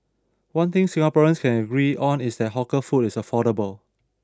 one thing Singaporeans can agree on is that hawker food is affordable